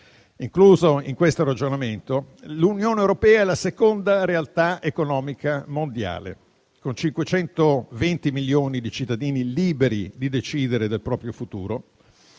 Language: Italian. compresa in questo ragionamento. L'Unione europea è la seconda realtà economica mondiale, con 520 milioni di cittadini liberi di decidere del proprio futuro.